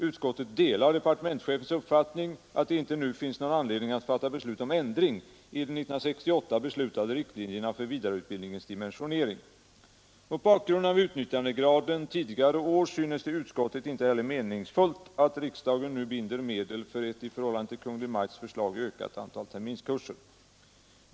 Utskottet delar departementschefens uppfattning att det inte nu finns någon anledning att fatta beslut om ändring i de 1968 beslutade riktlinjerna för vidareutbildningens dimensionering. Mot bakgrunden av utnyttjandegraden tidigare år synes det utskottet inte heller meningsfullt att riksdagen nu binder medel för ett i förhållande till Kungl. Maj:ts förslag ökat antal terminskurser.